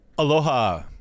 Aloha